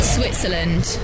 Switzerland